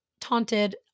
taunted